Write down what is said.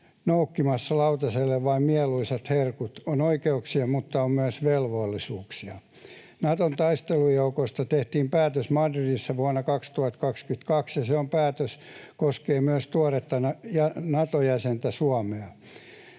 noukkimassa lautaselle vain mieluisat herkut. On oikeuksia, mutta on myös velvollisuuksia. Naton taistelujoukoista tehtiin päätös Madridissa vuonna 2022, ja se päätös koskee myös tuoretta Nato-jäsentä Suomea.